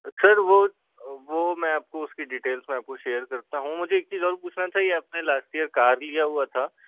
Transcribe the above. sir वो वो मैं आपको उसकी डिटेल्स मैं आपको शेयर करता हूँ मुझे एक चीज़ और पूछना था ये आपने लास्ट ईयर कार लिया हुआ था